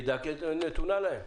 היא נתונה להם,